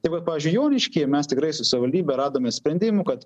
tai va pavyzdžiu joniškyje mes tikrai su savaldybe radome sprendimų kad